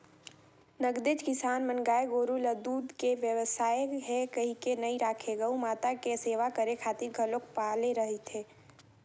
नगदेच किसान मन गाय गोरु ल दूद के बेवसाय करना हे कहिके नइ राखे गउ माता के सेवा करे खातिर घलोक पाले रहिथे